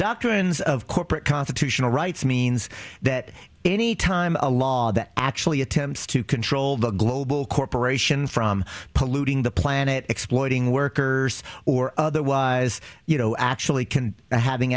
doctrines of corporate constitutional rights means that any time a law that actually attempts to control the global corporation from polluting the planet exploiting workers or otherwise you know actually can having